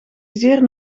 zeer